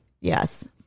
Yes